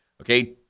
Okay